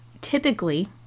Typically